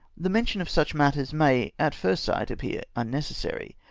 the mention of such matters may, at first sight, appear unnecessary.